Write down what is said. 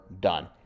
done